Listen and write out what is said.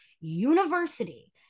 University